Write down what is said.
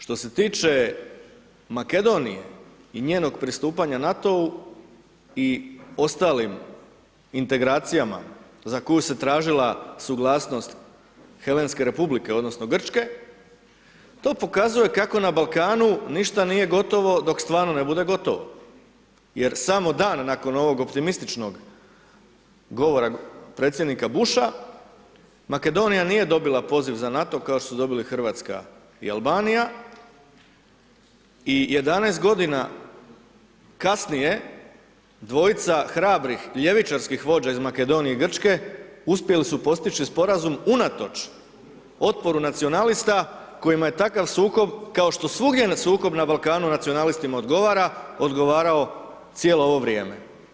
Što se tiče Makedonije i njenog pristupanja NATO-u i ostalim integracijama za koju se tražila suglasnost Helenske Republike, odnosno Grčke, to pokazuje kako na Balkanu ništa nije gotovo dok stvarno ne bude gotovo jer samo dan nakon ovog optimističnog govora predsjednika Busha Makedonija nije dobila poziv za NATO kao što su dobili Hrvatska i Albanija i 11 godina kasnije dvojica hrabrih ljevičarskih vođa iz Makedonije i Grčke uspjeli su postići sporazum unatoč otporu nacionalista kojima je takav sukob kao što svugdje sukob na Balkanu nacionalistima odgovara odgovarao cijelo ovo vrijeme.